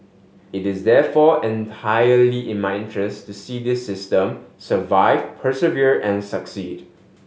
it is therefore entirely in my interest to see this system survive persevere and succeed